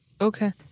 Okay